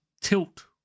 tilt